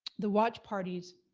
the watch parties,